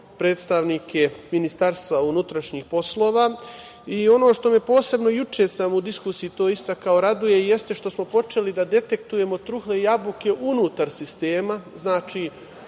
predstavnike Ministarstva unutrašnjih poslova. Ono što me posebno raduje, juče sam u diskusiji to istakao, jeste što smo počeli da detektujemo trule jabuke unutar sistema,